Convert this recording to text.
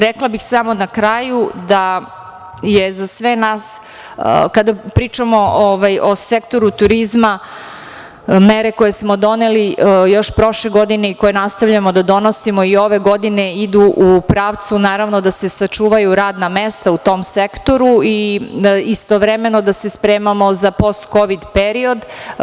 Rekla bih samo na kraju da je za sve nas kada pričamo o sektoru turizma, mere koje smo doneli još prošle godine i koje nastavljamo da donosimo i ove godine, idu u pravcu, naravno, da se sačuvaju radna mesta u tom sektoru, istovremeno da se spremamo za postkovid period.